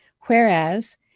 whereas